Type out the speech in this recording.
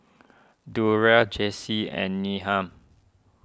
Durell Jaycee and Needham